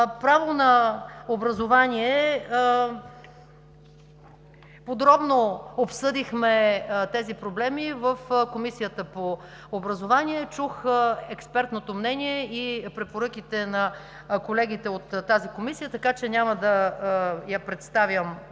Право на образование. Подробно обсъдихме тези проблеми в Комисията по образование. Чух експертното мнение и препоръките на колегите от тази комисия, така че няма да я представям